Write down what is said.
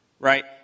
Right